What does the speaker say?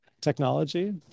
technology